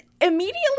immediately